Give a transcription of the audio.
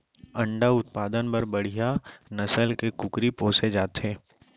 अंडा उत्पादन बर बड़िहा नसल के कुकरी पोसे जाथे